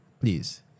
Please